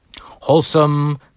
wholesome